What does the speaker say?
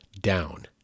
down